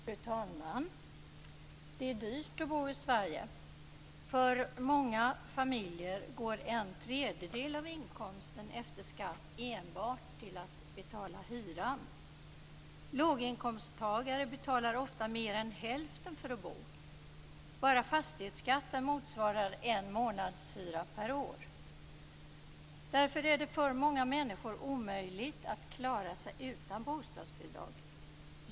Fru talman! Det är dyrt att bo i Sverige. För många familjer går en tredjedel av inkomsten efter skatt enbart till att betala hyran. Låginkomsttagare betalar ofta mer än hälften för att bo. Bara fastighetsskatten motsvarar en månadshyra per år. Därför är det för många människor omöjligt att klara sig utan bostadsbidrag.